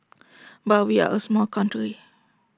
but we are A small country